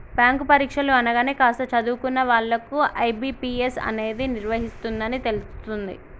bank పరీక్షలు అనగానే కాస్త చదువుకున్న వాళ్ళకు ఐ.బీ.పీ.ఎస్ అనేది నిర్వహిస్తుందని తెలుస్తుంది